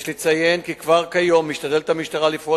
יש לציין כי כבר כיום משתדלת המשטרה לפעול